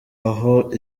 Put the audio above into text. aho